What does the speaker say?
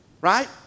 Right